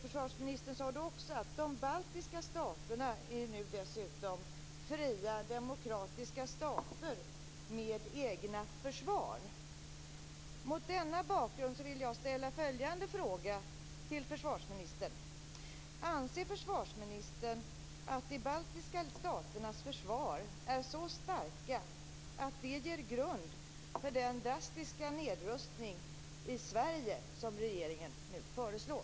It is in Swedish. Försvarsministern sade då också att de baltiska staterna nu dessutom är fria demokratiska stater med egna försvar. Anser försvarsministern att de baltiska staternas försvar är så starka att de ger grund för den drastiska nedrustning i Sverige som regeringen nu föreslår?